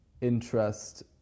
interest